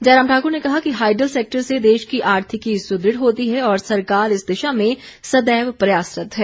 जयराम ठाकुर ने कहा कि हाईडल सैक्टर से देश की आर्थिकी सुदृढ़ होती है और सरकार इस दिशा में सदैव प्रयासरत है